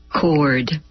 cord